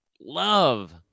love